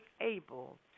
able